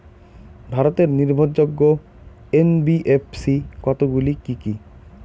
ভারতের নির্ভরযোগ্য এন.বি.এফ.সি কতগুলি কি কি?